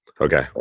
okay